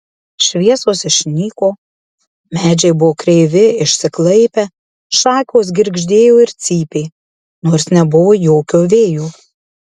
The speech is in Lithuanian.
šviesos išnyko medžiai buvo kreivi išsiklaipę šakos girgždėjo ir cypė nors nebuvo jokio vėjo